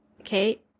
Okay